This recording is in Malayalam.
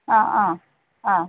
ആ ആ ആ